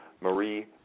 Marie